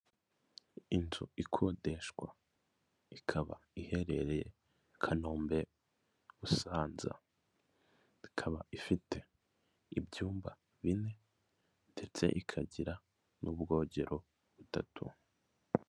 Inzu ikodeshwa ikaba iherereye i Konombe-Busanza ikaba ifite ibyumba bine ndetse ikagira n'ubwogero butatu.